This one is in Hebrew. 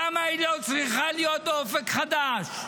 למה היא לא צריכה להיות באופק חדש?